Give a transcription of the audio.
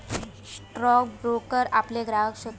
stock broker आपले ग्राहक शोधतत